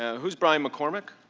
who is brian mccormick?